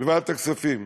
בוועדת הכספים,